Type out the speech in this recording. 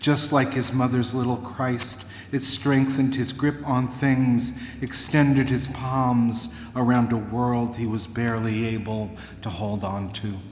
just like his mother's little christ is strengthened his grip on things extended his palms around the world he was barely able to hold on to